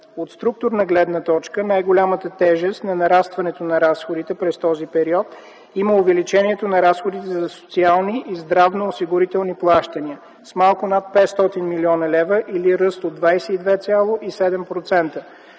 От структурна гледна точка най-голямата тежест на нарастването на разходите през този период има увеличението на разходите за социални и здравноосигурителни плащания с малко над 500 млн. лв. или ръст от 22,7%,